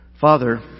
Father